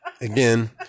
again